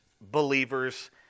believers